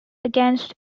against